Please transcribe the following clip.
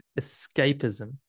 escapism